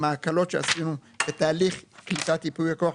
עם ההקלות שעשינו בתהליך קליטת ייפוי הכוח,